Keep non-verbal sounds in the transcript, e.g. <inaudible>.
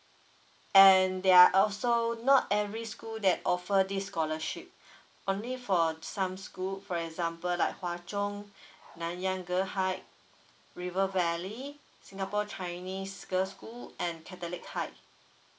and they are also not every school that offer this scholarship <breath> only for some school for example like hwa chong nanyang girls high river valley singapore chinese girls school and catholic high